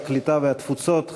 הקליטה והתפוצות,